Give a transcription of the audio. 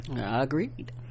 agreed